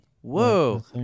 Whoa